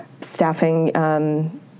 staffing